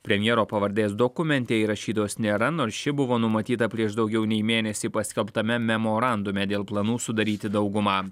premjero pavardės dokumente įrašytos nėra nors ši buvo numatyta prieš daugiau nei mėnesį paskelbtame memorandume dėl planų sudaryti daugumą